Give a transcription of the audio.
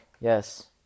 Yes